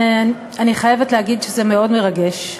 אני חייבת להגיד שזה מאוד מרגש.